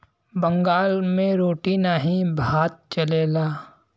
बंगाल मे रोटी नाही भात चलेला